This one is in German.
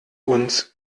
uns